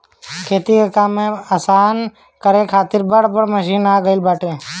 खेती के काम आसान करे खातिर बड़ बड़ मशीन आ गईल बाटे